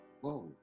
Whoa